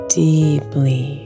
deeply